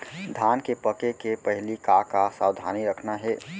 धान के पके के पहिली का का सावधानी रखना हे?